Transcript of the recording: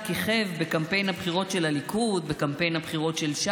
הרכבי, בבקשה.